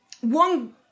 one